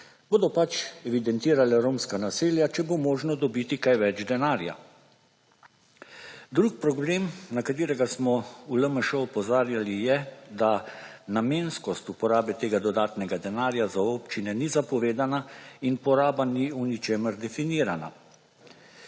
Bodo pač evidentirale romska naselja, če bo možno dobiti kaj več denarja. Drug problem, na katerega smo v LMŠ opozarjali je, da namenskost uporabe tega dodatnega denarja za občine ni zapovedana in poraba ni v ničemer definirana.